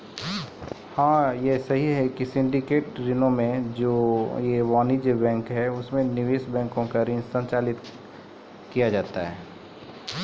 syndicated ऋणो मे जे एगो या ढेरी वाणिज्यिक बैंक या निवेश बैंको से ऋण संचालित करै छै